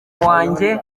wanjye